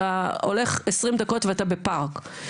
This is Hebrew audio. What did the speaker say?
אתה הולך 20 דקות ואתה בפארק,